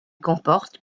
comporte